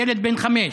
ילד בן חמש.